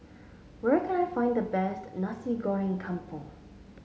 where can I find the best Nasi Goreng Kampung